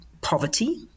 poverty